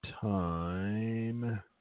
time